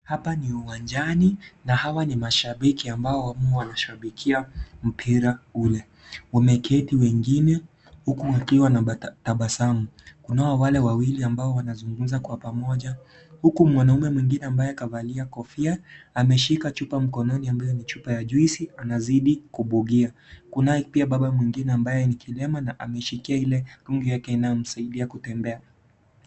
Hapa ni uwanjani na hawa ni mashabiki ambao wameshabikia mpira ule. Wameketi wengine huku wakiwa na tabasamu. Kunao wale wawili ambao wanazungumza kwa pamoja, huku mwanaume mwingine ambaye kavalia kofia ameshika chupa mkononi ambayo ni chupa ya juisi anazidi kupugia, kunaye pia Baba mwingine ambaye ni kilema na ameshikilia ile rungu yake ambayo inamsaidia kutembea.